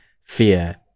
fear